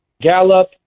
Gallup